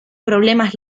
problemas